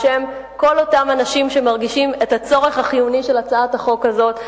בשם כל אותם אנשים שמרגישים את הצורך החיוני של הצעת החוק הזאת.